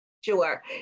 Sure